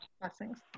Blessings